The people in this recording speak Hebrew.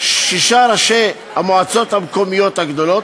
שישה ראשי המועצות המקומיות הגדולות,